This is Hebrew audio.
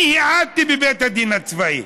אני העדתי בבית הדין הצבאי.